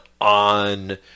on